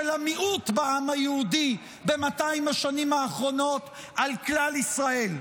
המיעוט בעם היהודי ב-200 השנים האחרונות על כלל ישראל.